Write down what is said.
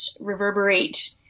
reverberate